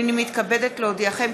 הנני מתכבדת להודיעכם,